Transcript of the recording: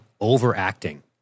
overacting